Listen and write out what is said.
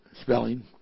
spelling